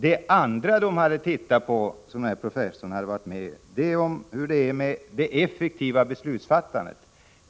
En annan sak som den här professorn hade varit med om att undersöka var hur det är med det effektiva beslutsfattandet.